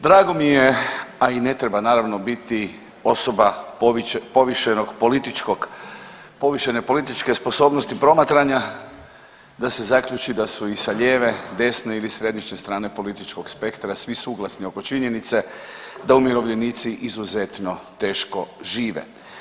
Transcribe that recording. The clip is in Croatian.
Drago mi je, a i ne treba naravno biti osoba povišene političke sposobnosti promatranja da se zaključi da su i sa lijeve, desne ili središnje strane političkog spektra svi suglasni oko činjenice da umirovljenici izuzetno teško žive.